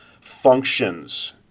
functions